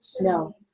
no